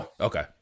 Okay